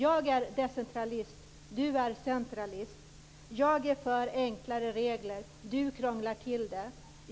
Jag är decentralist. Lennart Nilsson är centralist. Jag är för enklare regler. Lennart Nilsson krånglar till det.